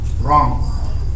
Wrong